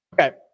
Okay